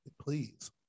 Please